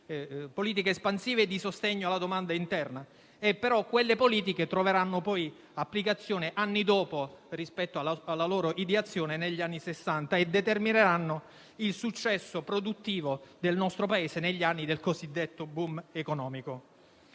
politiche espansive e di sostegno alla domanda interna; politiche che troveranno però applicazione anni dopo rispetto alla loro ideazione, negli anni Sessanta, e determineranno il successo produttivo del nostro Paese negli anni del cosiddetto *boom* economico.